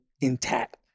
intact